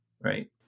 right